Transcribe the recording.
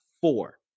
four